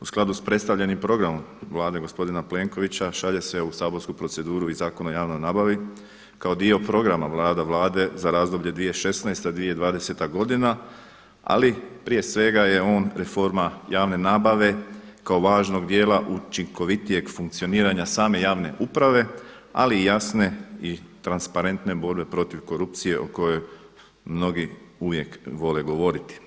u skladu s predstavljenim programom Vlade gospodin Plenkovića šalje se u saborsku proceduru i Zakon o javnoj nabavi kao dio programa Vlada Vlade za razdoblje 2016.-2020. godina ali prije svega je on reforma javne nabave kao važnog dijela učinkovitijeg funkcioniranja same javne uprave ali i jasne i transparentne borbe protiv korupcije o kojoj mnogi uvijek vole govoriti.